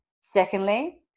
Secondly